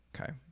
Okay